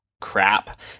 crap